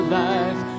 life